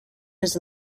his